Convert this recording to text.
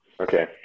okay